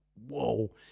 Whoa